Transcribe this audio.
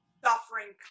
Suffering